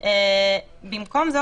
שוב,